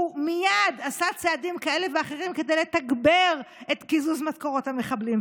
הוא מייד עשה צעדים כאלה ואחרים כדי לתגבר את קיזוז משכורות המחבלים,